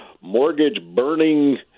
mortgage-burning